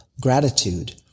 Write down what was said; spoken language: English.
gratitude